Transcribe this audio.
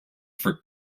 for